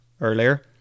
earlier